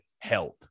Health